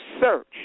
search